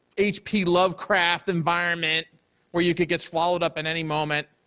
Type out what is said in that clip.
h p. lovecraft environment where you could get swallowed up in any moment.